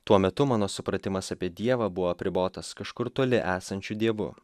tuo metu mano supratimas apie dievą buvo apribotas kažkur toli esančiu dievu